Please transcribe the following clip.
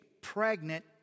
pregnant